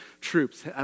troops